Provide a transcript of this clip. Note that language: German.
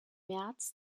märz